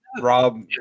rob